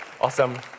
Awesome